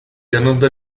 yanında